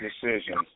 decisions